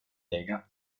lega